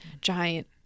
giant